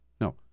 no